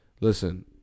listen